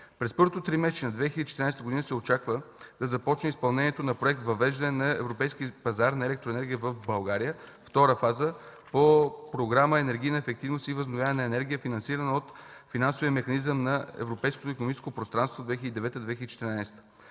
През първото тримесечие на 2014 г. се очаква да започне изпълнението на проект „Въвеждане на Европейския пазар на електроенергия в България – ІІ фаза”, по Програма „Енергийна ефективност и възобновяема енергия”, финансирана от Финансовия механизъм на Европейското икономическо пространство 2009-2014